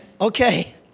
Okay